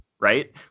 right